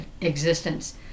existence